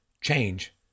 Change